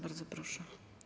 Bardzo proszę.